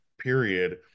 period